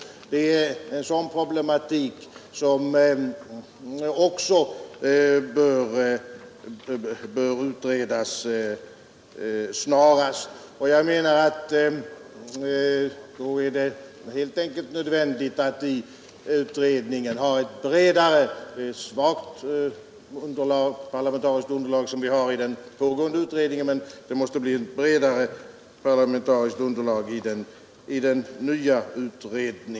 Även dessa problem bör utredas snarast. Det är helt enkelt nödvändigt att i den nya utredningen ha ett bredare parlamentariskt underlag.